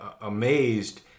amazed